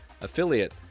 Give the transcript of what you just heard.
affiliate